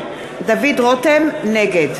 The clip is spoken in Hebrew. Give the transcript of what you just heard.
(קוראת בשמות חברי הכנסת) דוד רותם, נגד